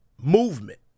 movement